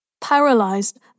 paralyzed